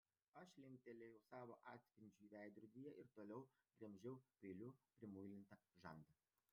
aš linktelėjau savo atspindžiui veidrodyje ir toliau gremžiau peiliu primuilintą žandą